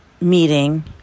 meeting